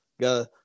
Got